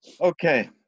Okay